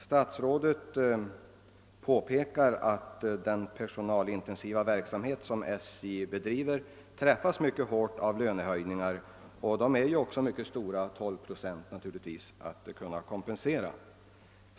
Statsrådet påpekar att den personalintensiva verksamhet som SJ bedriver träffas mycket kraftigt av lönehöjningar. Ökningarna är i år mycket stora — 12 procent — och naturligtvis svåra att kompensera.